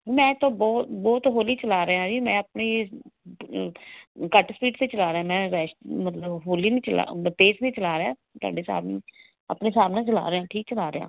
ਮੈਂ ਤੋਂ ਬਹੁਤ ਬਹੁਤ ਹੌਲੀ ਚਲਾ ਰਿਹਾ ਜੀ ਮੈਂ ਆਪਣੀ ਘੱਟ ਸਪੀਡ 'ਤੇ ਚਲਾ ਰਿਹਾ ਮੈਂ ਮਤਲਬ ਹੌਲੀ ਨਹੀਂ ਚਲਾ ਮ ਤੇਜ਼ ਨਹੀਂ ਚਲਾ ਰਿਹਾ ਤੁਹਾਡੇ ਹਿਸਾਬ ਆਪਣੇ ਹਿਸਾਬ ਨਾਲ ਚਲਾ ਰਿਹਾਂ ਠੀਕ ਚਲਾ ਰਿਹਾਂ